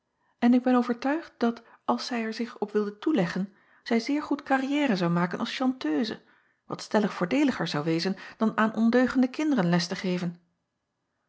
en ik ben overtuigd dat als zij er zich op wilde toeleggen zij zeer goed carrière zou maken als chanteuse wat stellig voordeeliger zou wezen dan aan ondeugende kinderen les te geven